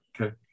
okay